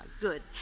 Good